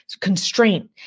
constraint